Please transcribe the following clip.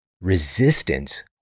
resistance